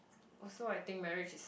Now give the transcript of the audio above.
also I think marriage is